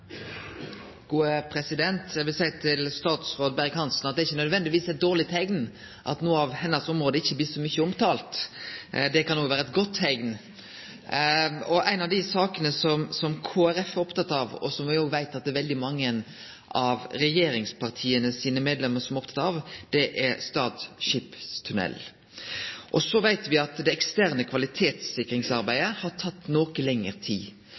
ikkje nødvendigvis eit dårleg teikn at noko av området hennar ikkje blir så mykje omtalt. Det kan òg vere eit godt teikn. Ei av dei sakene som Kristeleg Folkeparti er oppteke av, og som me òg veit at veldig mange av regjeringspartia sine medlemmer er opptekne av, er Stad skipstunnel. Så veit me at det eksterne kvalitetssikringsarbeidet har teke noko lenger tid.